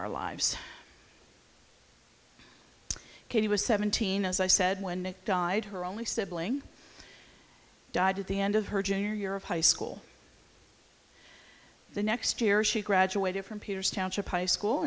our lives katie was seventeen as i said when they died her only sibling died at the end of her junior year of high school the next year she graduated from peters township high school